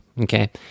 Okay